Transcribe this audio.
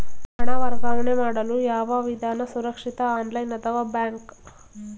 ಹಣ ವರ್ಗಾವಣೆ ಮಾಡಲು ಯಾವ ವಿಧಾನ ಸುರಕ್ಷಿತ ಆನ್ಲೈನ್ ಅಥವಾ ಬ್ಯಾಂಕ್?